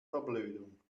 verblödung